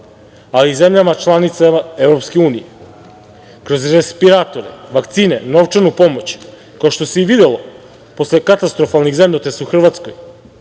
a i zemljama članicama EU, kroz respiratore, vakcine, novčanu pomoć, kao što se i videlo posle katastrofalnih zemljotresa u Hrvatskoj